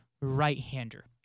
right-hander